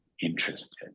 interested